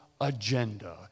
agenda